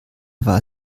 war